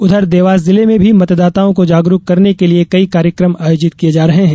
उधर देवास जिले में भी मतदाताओं को जागरुक करने के लिए कई कार्यक्रम आयोजित किये जा रहे हैं